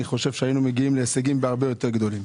חושב שהיינו מגיעים להישגים הרבה יותר גדולים.